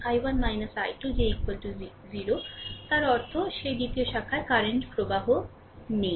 I1 I2 যে 0 তার অর্থ সেই দ্বিতীয় শাখায় কারেন্ট প্রবাহ নেই